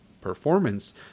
performance